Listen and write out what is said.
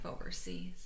overseas